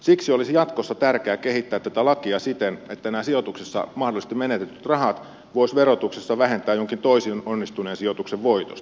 siksi olisi jatkossa tärkeä kehittää tätä lakia siten että nämä sijoituksissa mahdollisesti menetetyt rahat voisi verotuksessa vähentää jonkin toisen onnistuneen sijoituksen voitosta